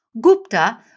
Gupta